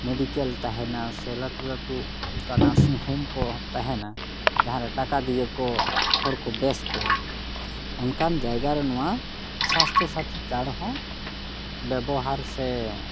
medical ᱛᱟᱦᱮᱱᱟ ᱥᱮ ᱞᱟᱹᱴᱩ ᱞᱟᱹᱴᱩ ᱚᱱᱠᱟ ᱱᱟᱨᱥᱤᱝᱦᱳᱢ ᱠᱚ ᱛᱟᱦᱮᱱᱟ ᱡᱟᱦᱟᱸ ᱨᱮ ᱴᱟᱠᱟ ᱫᱤᱭᱮ ᱠᱚ ᱦᱚᱲ ᱠᱚ ᱵᱮᱥ ᱠᱚᱣᱟ ᱚᱱᱠᱟᱱ ᱡᱟᱭᱜᱟ ᱨᱮ ᱱᱚᱣᱟ ᱥᱟᱥᱛᱷᱚ ᱥᱟᱹᱛᱷᱤ ᱠᱟᱲ ᱦᱚᱸ ᱵᱮᱵᱚᱦᱟᱨ ᱥᱮ